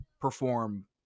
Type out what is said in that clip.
perform